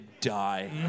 die